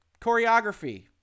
choreography